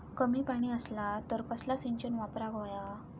कमी पाणी असला तर कसला सिंचन वापराक होया?